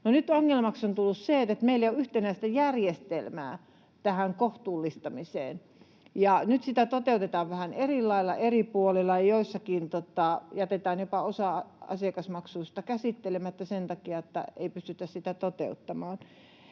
nyt ongelmaksi on tullut se, että meillä ei ole yhtenäistä järjestelmää tähän kohtuullistamiseen, ja nyt sitä toteutetaan vähän eri lailla eri puolilla, ja joissakin jätetään jopa osa asiakasmaksuista käsittelemättä sen takia, että ei pystytä sitä toteuttamaan.